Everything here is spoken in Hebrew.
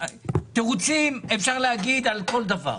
תירוצים אפשר להגיד על כל דבר.